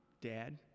dad